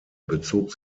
bezog